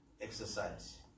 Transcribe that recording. exercise